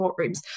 courtrooms